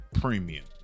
premium